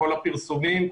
כל הפרסומים,